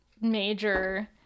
major